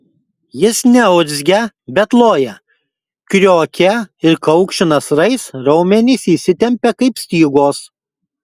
jis neurzgia bet loja kriokia ir kaukši nasrais raumenys įsitempia kaip stygos